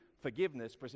forgiveness